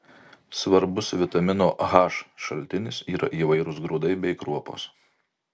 svarbus vitamino h šaltinis yra įvairūs grūdai bei kruopos